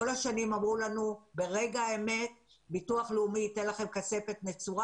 כל השנים אמרו לנו: ברגע האמת ביטוח לאומי ייתן לכם כספת נצורה,